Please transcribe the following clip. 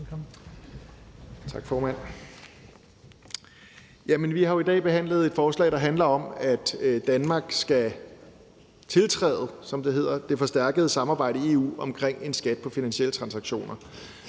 Vi har jo i dag behandlet et forslag, der handler om, at Danmark skal tiltræde, som det hedder, det forstærkede samarbejde i EU omkring en skat på finansielle transaktioner.